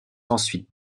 ensuite